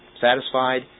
satisfied